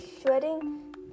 shredding